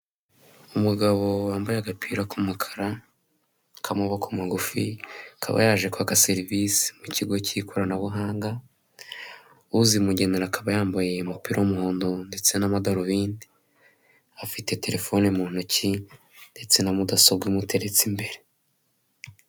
Umugabo wambaye agapira k'umukara k'amaboko magufi, akaba yaje kwaga serivise mu kigo cy'ikoranabuhanga, uzimugenera akaba yambaye umupira w'umuhondo ndetse n'amadarubindi. Afite telefone mu ntoki ndetse na mudasobwa imuteretse imbere.